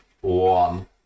one